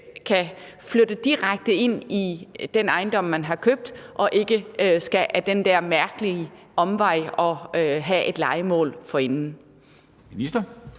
kan flytte direkte ind i den ejendom, man har købt, og ikke skal ad den der mærkelige omvej og have et lejemål forinden.